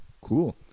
Cool